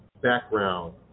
background